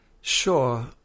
Sure